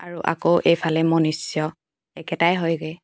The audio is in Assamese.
আৰু আকৌ এইফালে মনুষ্য একেটাই হয়গৈ